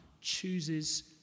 chooses